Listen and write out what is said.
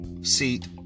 seat